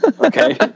Okay